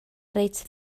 reit